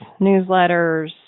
newsletters